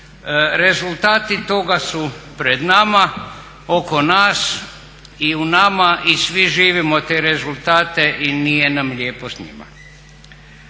Rezultati toga su pred nama, oko nas i u nama i svi živimo te rezultate i nije nam lijepo s njima.